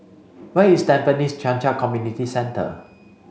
where is Tampines Changkat Community Centre